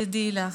תדעי לך,